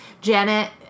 Janet